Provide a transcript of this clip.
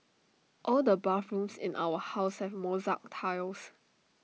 all the bathrooms in our house have mosaic tiles